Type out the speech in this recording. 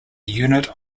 unit